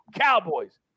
Cowboys